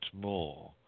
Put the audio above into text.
more